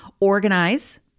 organize